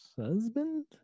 husband